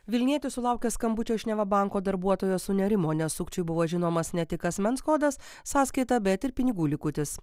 vilnietis sulaukė skambučio iš neva banko darbuotojos sunerimo nes sukčiui buvo žinomas ne tik asmens kodas sąskaita bet ir pinigų likutis